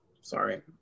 sorry